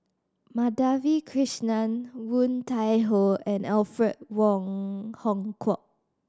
Madhavi Krishnan Woon Tai Ho and Alfred Wong Hong Kwok